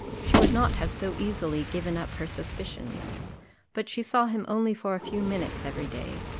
she would not have so easily given up her suspicions but she saw him only for a few minutes every day,